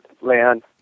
land